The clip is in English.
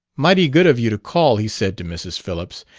mighty good of you to call, he said to mrs. phillips.